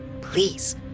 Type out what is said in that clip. Please